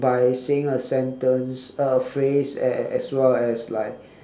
by saying a sentence a phrase as as as well as like